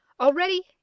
Already